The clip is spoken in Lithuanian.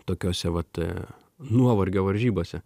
tokiose vat nuovargio varžybose